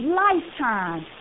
lifetime